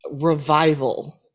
revival